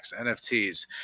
nfts